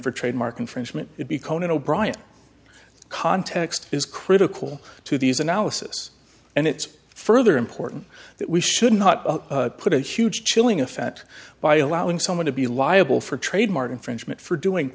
for trademark infringement would be conan o'brien context is critical to these analysis and it's further important that we should not put a huge chilling effect by allowing someone to be liable for trademark infringement for doing